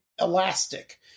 elastic